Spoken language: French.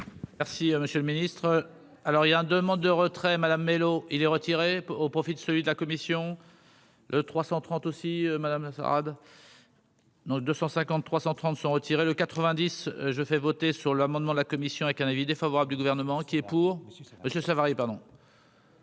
Merci, monsieur le Ministre, alors il y a demande de retrait Madame Mellow il est retiré au profit de celui de la commission 330 aussi madame salade. Donc 250 30 sont retirés le quatre-vingt-dix je fais voter sur l'amendement de la commission avec un avis défavorable du gouvernement qui est pour, parce que cela varie pardon.